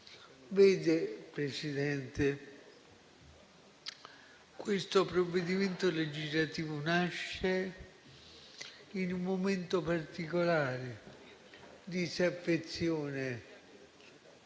Vede, Presidente, questo provvedimento legislativo nasce in un momento particolare di disaffezione